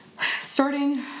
starting